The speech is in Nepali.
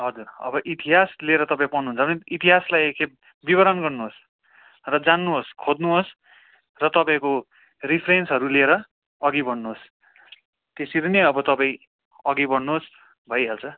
हजुर अब इतिहास लिएर तपाईँ पढ्नुहुन्छ भने इतिहासलाई एकखेप विवरण गर्नुहोस् र जान्नुहोस् खोज्नुहोस् र तपाईँको रेफरेन्सहरू लिएर अघि बढ्नुहोस् त्यसरी नै अब तपाईँ अघि बढ्नुहोस् भइहाल्छ